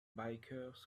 bikers